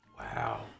Wow